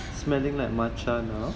spending that much